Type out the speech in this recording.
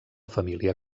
família